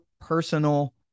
personal